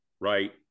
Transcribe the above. Right